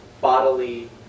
bodily